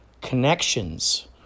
connections